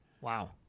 Wow